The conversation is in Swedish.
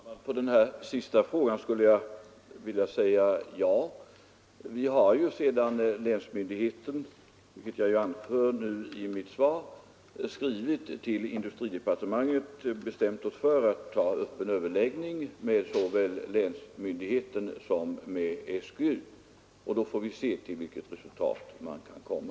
Herr talman! På den här sista frågan skulle jag vilja svara ja. Som jag anfört i mitt svar har vi, sedan länsmyndigheten nu skrivit till industridepartementet, bestämt oss för att ta upp en överläggning med såväl länsmyndigheten som SGU, och då får vi se till vilket resultat man kan komma.